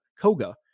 Koga